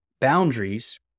boundaries